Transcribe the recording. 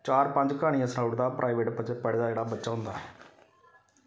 चार पंज क्हानियां सनाई ओड़दा प्राईवेट पढ़े दा जेह्ड़ा बच्चा होंदा